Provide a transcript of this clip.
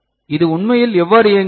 இது உண்மையில் எவ்வாறு இயங்குகிறது